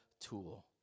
tool